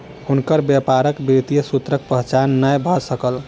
हुनकर व्यापारक वित्तीय सूत्रक पहचान नै भ सकल